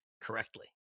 correctly